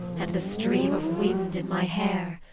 and the stream of wind in my hair?